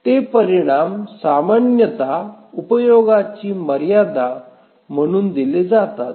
ते परिणाम सामान्यत उपयोगाची मर्यादा म्हणून दिले जातात